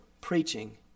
preaching